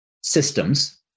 systems